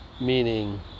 meaning